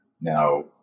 now